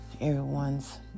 Everyone's